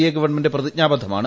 A government പ്രതിജ്ഞാബദ്ധമാണ്